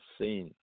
seen